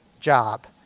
job